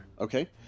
Okay